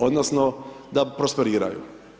odnosno da prosperiraju.